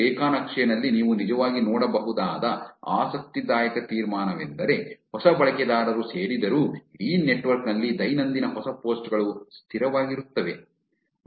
ಈ ರೇಖಾ ನಕ್ಷೆನಲ್ಲಿ ನೀವು ನಿಜವಾಗಿ ನೋಡಬಹುದಾದ ಆಸಕ್ತಿದಾಯಕ ತೀರ್ಮಾನವೆಂದರೆ ಹೊಸ ಬಳಕೆದಾರರು ಸೇರಿದರೂ ಇಡೀ ನೆಟ್ವರ್ಕ್ ನಲ್ಲಿ ದೈನಂದಿನ ಹೊಸ ಪೋಸ್ಟ್ ಗಳು ಸ್ಥಿರವಾಗಿರುತ್ತವೆ